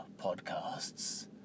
podcasts